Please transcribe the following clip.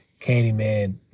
Candyman